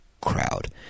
crowd